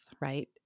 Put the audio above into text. right